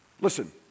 listen